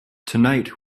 tonight